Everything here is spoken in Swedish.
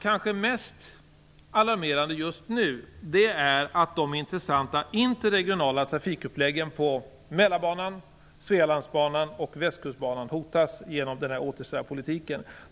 Kanske mest alarmerande just nu är att de intressanta interregionala trafikuppläggen på Mälarbanan, Svealandsbanan och Västkustbanan hotas på grund av återställarpolitiken.